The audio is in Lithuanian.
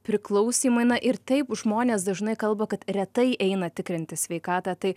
priklausymai na ir taip žmonės dažnai kalba kad retai eina tikrintis sveikatą tai